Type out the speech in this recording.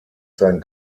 sein